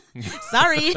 Sorry